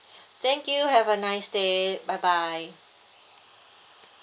thank you have a nice day bye bye